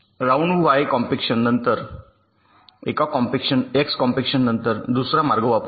round Y compaction नंतर X कॉम्पेक्शननंतर दुसरा मार्ग वापरु